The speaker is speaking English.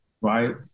right